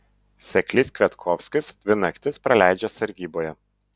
seklys kviatkovskis dvi naktis praleidžia sargyboje